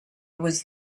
was